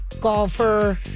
golfer